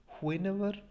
whenever